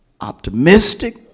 optimistic